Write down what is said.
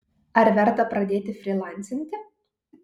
ar verta pradėti frylancinti